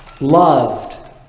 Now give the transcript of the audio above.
loved